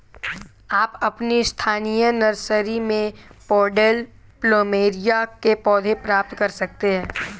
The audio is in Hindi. आप अपनी स्थानीय नर्सरी में पॉटेड प्लमेरिया के पौधे प्राप्त कर सकते है